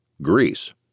Greece